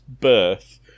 birth